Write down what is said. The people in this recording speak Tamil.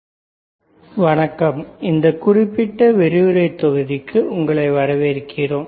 வர்கிங் ஆப் கிரிஸ்டல் ஆசிலேட்டர்ஸ் வணக்கம் இந்த குறிப்பிட்ட விரிவுரை தொகுதிக்கு உங்களை வரவேற்கிறேன்